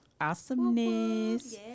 Awesomeness